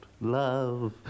love